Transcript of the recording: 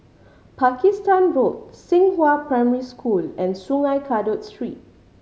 Pakistan Road Xinghua Primary School and Sungei Kadut Street